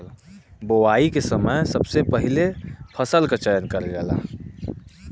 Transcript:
बोवाई के समय सबसे पहिले फसल क चयन करल जाला